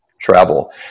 travel